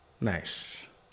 Nice